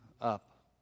up